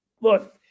look